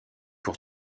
pour